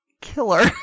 killer